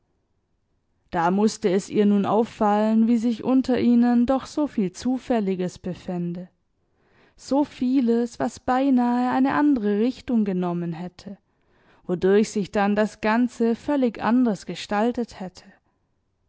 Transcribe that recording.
da mußte es ihr nun auffallen wie sich unter ihnen doch so viel zufälliges befände so vieles was beinahe eine andere richtung genommen hätte wodurch sich dann das ganze völlig anders gestaltet hätte